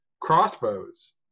crossbows